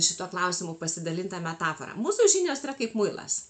šituo klausimu pasidalinta metafora mūsų žinios yra kaip muilas